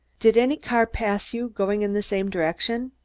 did any car pass you, going in the same direction?